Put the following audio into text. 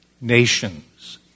nations